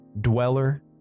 Dweller